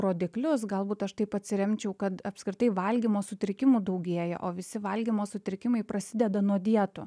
rodiklius galbūt aš taip atsiremčiau kad apskritai valgymo sutrikimų daugėja o visi valgymo sutrikimai prasideda nuo dietų